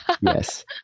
Yes